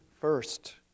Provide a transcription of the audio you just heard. first